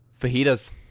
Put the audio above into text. fajitas